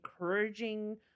encouraging